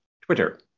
Twitter